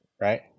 Right